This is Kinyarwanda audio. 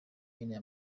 nkeneye